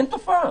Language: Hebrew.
אין תופעה.